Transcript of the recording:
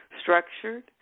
structured